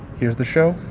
here's the show,